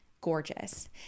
Gorgeous